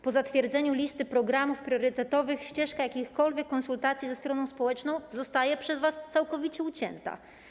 Po zatwierdzeniu listy programów priorytetowych ścieżka jakichkolwiek konsultacji ze stroną społeczną zostaje przez was całkowicie ucięta.